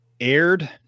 aired